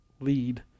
lead